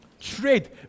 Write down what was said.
trade